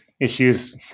issues